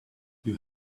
you